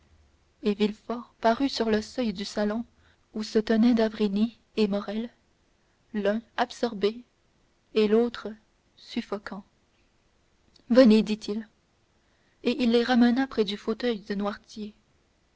et villefort parut sur le seuil du salon où se tenaient d'avrigny et morrel l'un absorbé et l'autre suffoquant venez dit-il et il les ramena près du fauteuil de noirtier